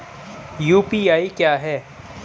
UPI क्या है?